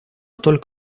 только